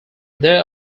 there